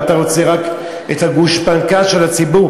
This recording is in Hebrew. ואתה רק רוצה את הגושפנקה של הציבור?